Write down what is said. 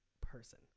person